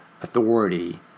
authority